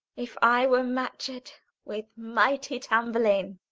if i were match'd with mighty tamburlaine.